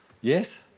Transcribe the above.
Yes